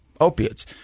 opiates